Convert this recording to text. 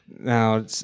Now